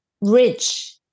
rich